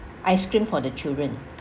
ice cream for the children